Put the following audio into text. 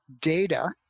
data